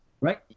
right